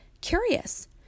curious